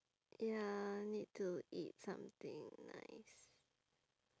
ya need to eat something nice